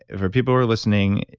for people who are listening,